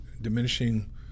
diminishing